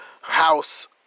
house